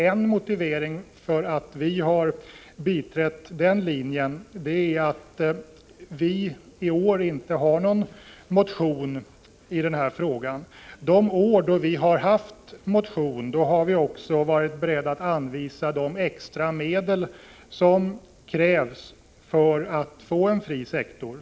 En motivering till att vi har biträtt den linjen är att vi i år inte har någon motion i denna fråga. De år vi har haft motion har vi också varit beredda att anvisa de extra medel som krävs för att få en fri sektor.